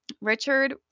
Richard